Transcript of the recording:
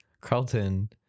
Carlton